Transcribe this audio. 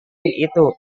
itu